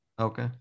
Okay